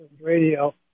Radio